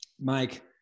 Mike